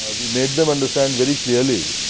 ah we made them understand very clearly,